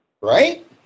right